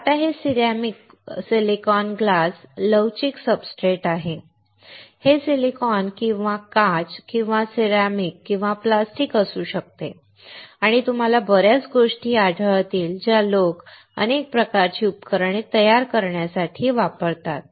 तर आता हे सिरेमिक सिलिकॉन ग्लास लवचिक सब्सट्रेट आहे हे सिलिकॉन किंवा काच किंवा सिरेमिक किंवा प्लास्टिक असू शकते आणि तुम्हाला बर्याच गोष्टी आढळतील ज्या लोक अनेक प्रकारची उपकरणे तयार करण्यासाठी वापरतात